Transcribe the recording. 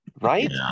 right